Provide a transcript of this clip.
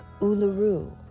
Uluru